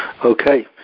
Okay